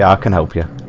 ah can help you